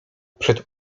przed